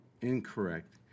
incorrect